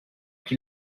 qui